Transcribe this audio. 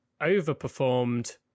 Overperformed